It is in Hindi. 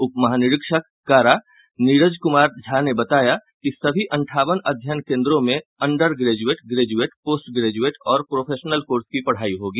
उप महानिरीक्षक कारा नीरज कुमार झा ने बताया कि सभी अंठावन अध्ययन केंद्रों में undergraduate graduate postgraduate और प्रोफेशनल कोर्स की पढ़ाई होगी